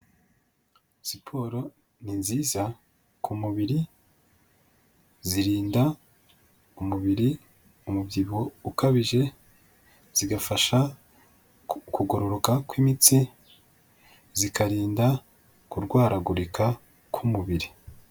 Siporo ni nziza ku mubiri, zirinda umubiri umubyibuho ukabije, zigafasha kugororoka kw'imitsi, zikarinda kurwaragurika k'umubiri.